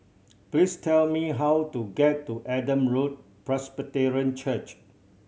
please tell me how to get to Adam Road Presbyterian Church